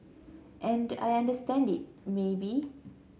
and I understand it maybe